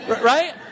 right